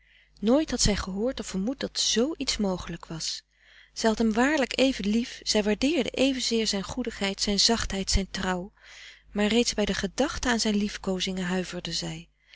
nooit had zij gehoord of vermoed dat zoo iets mogelijk was zij had hem waarlijk even lief zij waardeerde evenzeer zijn goedigheid zijn zachtheid zijn trouw maar reeds bij de gedachte aan zijn liefkoozingen huiverde zij